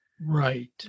Right